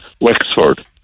Wexford